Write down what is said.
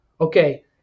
Okay